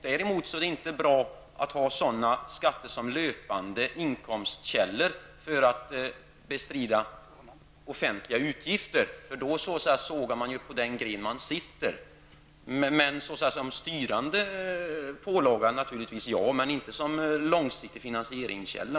Däremot är det inte bra att ha sådana skatter som löpande inkomstkällor för att bestrida offentliga utgifter, för då sågar man ju på den gren där man sitter. Som styrande pålaga är naturligtvis en sådan skatt bra, men inte som långsiktig finansieringskälla.